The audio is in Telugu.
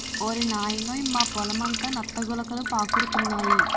ఓరి నాయనోయ్ మా పొలమంతా నత్త గులకలు పాకురుతున్నాయి